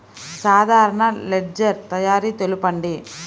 సాధారణ లెడ్జెర్ తయారి తెలుపండి?